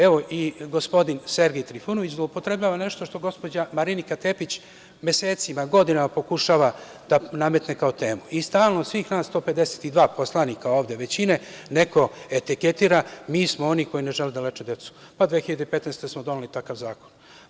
Evo i gospodin Sergej Trifunović, zloupotrebljava nešto što, gospođa Marinika Tepić, mesecima, godinama pokušava da nametne kao temu stalno, svih nas 152 poslanika ovde većine, neko etiketira mi smo oni koji ne žele da leče decu, pa smo 2015. godine doneli takav zakon.